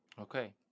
Okay